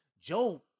Joe